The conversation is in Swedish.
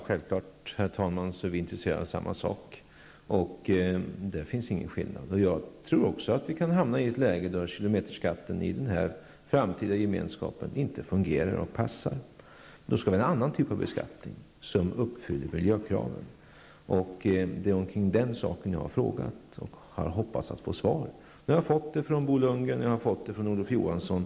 Herr talman! Självfallet är vi intresserade av samma sak. Också jag tror att vi kan hamna i ett läge där kilometerskatten i den framtida Gemenskapen inte fungerar och passar in. Då skall vi ha en annan typ av beskattning som uppfyller miljökraven. Det är om den saken jag har frågat och har hoppats att få svar. Jag har nu fått svar från Bo Lundgren, och jag har fått svar från Olof Johansson.